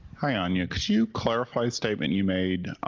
hi anya cuz you clarify statement you made